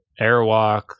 Airwalk